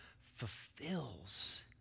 fulfills